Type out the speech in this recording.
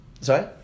Sorry